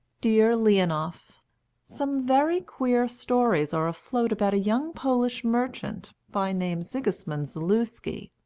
dear leonoff some very queer stories are afloat about a young polish merchant, by name sigismund zaluski,